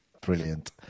brilliant